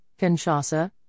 Kinshasa